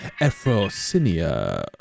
Ephrosinia